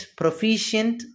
proficient